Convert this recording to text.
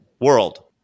world